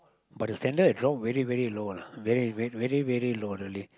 but the standard is low very very low lah very very very low really